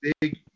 big